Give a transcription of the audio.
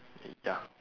ya